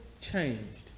changed